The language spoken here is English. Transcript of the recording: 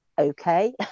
okay